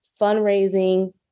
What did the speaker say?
fundraising